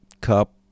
cup